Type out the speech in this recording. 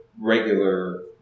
regular